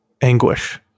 anguish